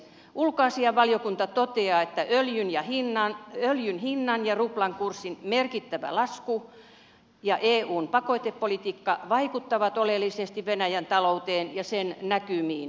ulkoasiainvaliokunta toteaa että öljyn hinnan ja ruplan kurssin merkittävä lasku ja eun pakotepolitiikka vaikuttavat oleellisesti venäjän talouteen ja sen näkymiin